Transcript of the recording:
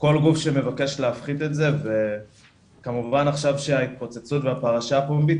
כל גוף שמבקש להפחית את זה וכמובן עכשיו שההתפוצצות של הפרשה הפומבית